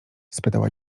spytała